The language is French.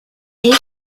est